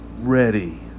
ready